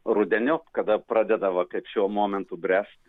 rudeniop kada pradeda va kaip šiuo momentu bręst